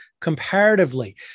comparatively